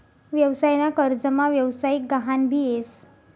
व्यवसाय ना कर्जमा व्यवसायिक गहान भी येस